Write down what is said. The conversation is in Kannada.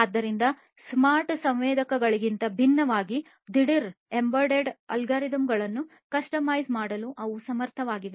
ಆದ್ದರಿಂದ ಸ್ಮಾರ್ಟ್ ಸಂವೇದಕಗಳಿಗಿಂತ ಭಿನ್ನವಾಗಿ ದಿಡೀರ್ ಎಂಬೆಡೆಡ್ ಅಲ್ಗೊರಿದಮ್ ಗಳನ್ನು ಕಸ್ಟಮೈಸ್ ಮಾಡಲು ಅವು ಸಮರ್ಥವಾಗಿವೆ